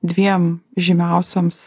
dviem žymiausioms